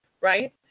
Right